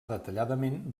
detalladament